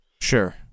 Sure